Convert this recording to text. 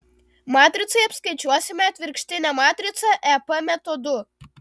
matricai apskaičiuosime atvirkštinę matricą ep metodu